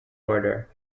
border